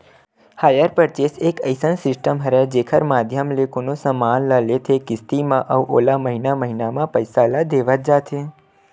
hire purchase एक अइसन system हरय जेखर माधियम ले कोनो समान ल लेथे किस्ती म अउ ओला महिना महिना म पइसा ल देवत जाथे